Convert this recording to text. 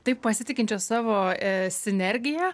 taip pasitikinčios savo sinergija